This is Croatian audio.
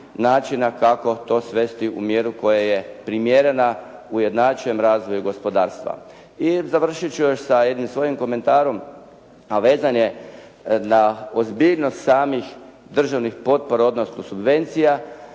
načina kako to svesti u mjeru koja je primjerena ujednačen razvoj gospodarstva. I završiti ću još sa jednim svojim komentarom, a vezan je na ozbiljnost samih državnih potpora, odnosno subvencija